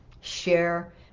share